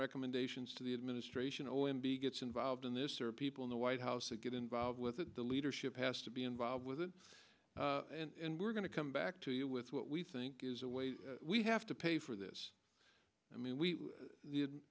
recommendations to the administration o m b gets involved in this or people in the white house to get involved with the leadership has to be involved with it and we're going to come back to you with what we think is the way we have to pay for this i mean we